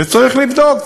וצריך לבדוק,